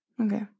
Okay